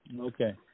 Okay